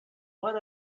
what